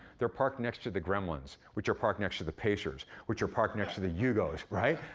they're parked next to the gremlins, which are parked next to the pacers, which are parked next to the yugos, right?